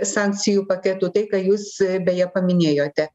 sankcijų paketu tai ką jūs beje paminėjote